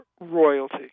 royalty